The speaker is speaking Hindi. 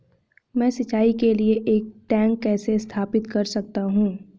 मैं सिंचाई के लिए एक टैंक कैसे स्थापित कर सकता हूँ?